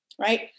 right